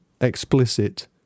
explicit